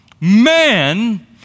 Man